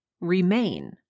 remain